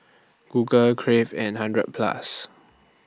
Google Crave and hundred Plus